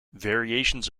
variations